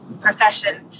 profession